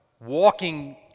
walking